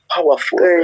Powerful